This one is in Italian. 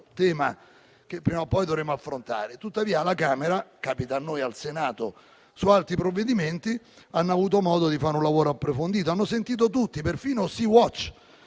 tema che prima o poi dovremo affrontare. Tuttavia, alla Camera dei deputati - come capita a noi, al Senato, su altri provvedimenti - hanno avuto modo di fare un lavoro approfondito. Hanno sentito tutti, perfino Sea Watch,